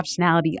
optionality